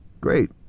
Great